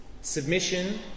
Submission